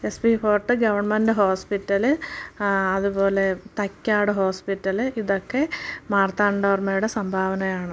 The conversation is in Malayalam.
S P fort government hospital അതുപോലെ തൈക്കാട് ഹോസ്പിറ്റൽ ഇതൊക്കെ മാർത്താണ്ഡ വർമ്മയുടെ സംഭാവനയാണ്